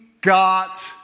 got